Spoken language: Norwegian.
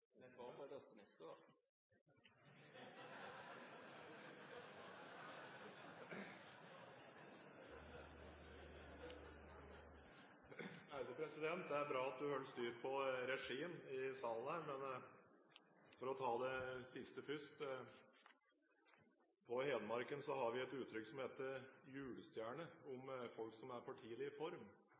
er bra at presidenten holder styr på regien i salen. Men for å ta det siste først: På Hedmarken har vi et uttrykk som heter «julestjerne» om folk som er for tidlig i form,